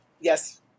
yes